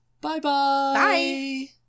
Bye-bye